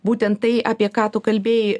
būtent tai apie ką tu kalbėjai